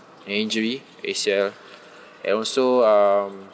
an injury A_C_L and also um